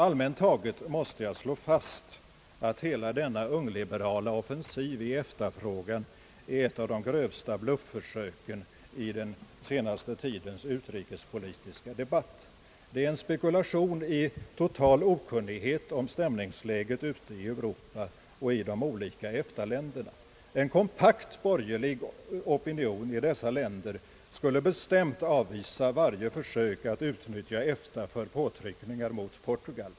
Allmänt sett måste jag slå fast att hela denna ungliberala offensiv i EFTA frågan är ett av de grövsta bluffförsöken i den senaste tidens utrikespolitiska debatt. Det är en spekulation i total okunnighet om stämningsläget ute i Europa och i de olika EFTA-länderna. En kompakt borgerlig opinion i dessa länder skulle bestämt avvisa varje försök att utnyttja EFTA för påtryckningar mot Portugal.